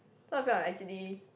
not bad lah actually